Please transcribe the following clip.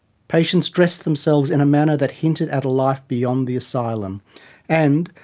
patients dressed themselves in a manner that hinted at a life beyond the asylum and,